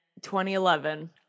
2011